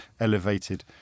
elevated